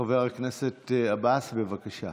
חבר הכנסת עבאס, בבקשה.